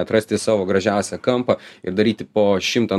atrasti savo gražiausią kampą ir daryti po šimtą